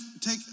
take